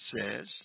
says